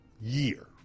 year